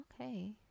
Okay